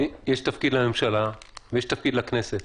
יש תפקיד לממשלה ויש תפקיד לכנסת.